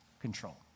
control